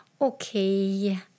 okay